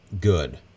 good